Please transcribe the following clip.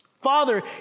Father